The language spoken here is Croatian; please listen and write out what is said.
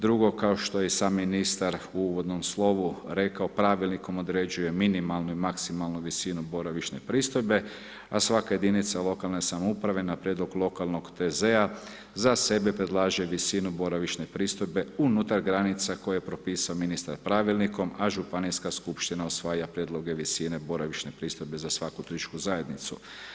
Drugo, kao što je i sam ministar u uvodnom slovu rekao, pravilnikom određuje minimalnu i maksimalnu visinu boravišne pristojbe, a svaka jedinica lokalne samouprave, na prijedlog lokalnog TZ-a za sebe predlaže visinu boravišne pristojbe unutar granica koje je propisao ministar pravilnikom, a županijska skupština usvaja prijedloge visine boravišne pristojbe za svaku turističku zajednicu.